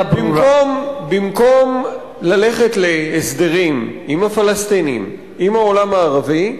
במקום ללכת להסדרים עם הפלסטינים, עם העולם הערבי,